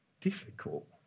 difficult